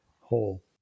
whole